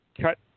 cut